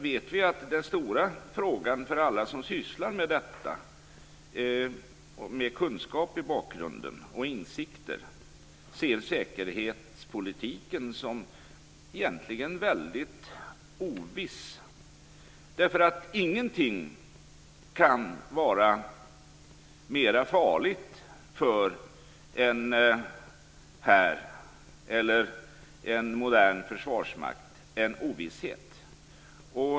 Men vi vet att alla som sysslar med analys och som har kunskap och insikter egentligen ser säkerhetspolitiken som väldigt oviss. Ingenting kan vara mer farligt för en här eller en modern försvarsmakt än ovisshet.